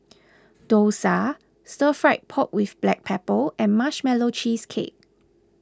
Dosa Stir Fried Pork with Black Pepper and Marshmallow Cheesecake